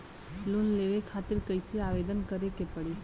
Loan लेवे खातिर कइसे आवेदन करें के पड़ी?